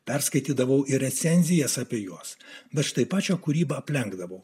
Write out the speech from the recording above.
perskaitydavau recenzijas apie juos bet štai pačią kūrybą aplenkdavo